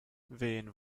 wen